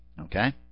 Okay